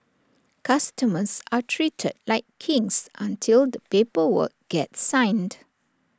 customers are treated like kings until the paper work gets signed